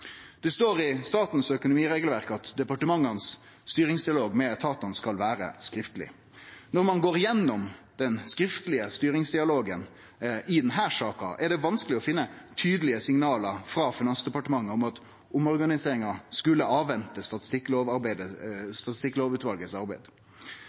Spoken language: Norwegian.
Det står i statens økonomiregelverk at departementa sin styringsdialog med etatane skal vere skriftleg. Når ein går gjennom den skriftlege styringsdialogen i denne saka, er det vanskeleg å finne tydelege signal frå Finansdepartementet om at omorganiseringa skulle